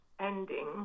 ending